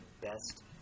best